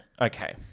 Okay